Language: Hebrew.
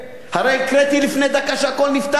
הרי הקראתי לפני דקה שהכול נפתר,